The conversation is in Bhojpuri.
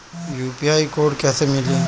यू.पी.आई कोड कैसे मिली?